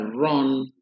run